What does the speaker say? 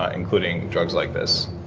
ah including drugs like this.